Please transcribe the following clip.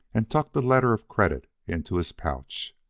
and tucked a letter of credit into his pouch.